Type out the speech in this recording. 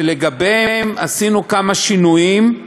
שלגביהם עשינו כמה שינויים,